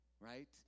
right